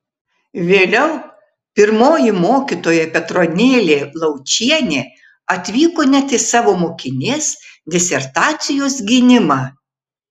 vėliau pirmoji mokytoja petronėlė laučienė atvyko net į savo mokinės disertacijos gynimą